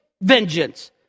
vengeance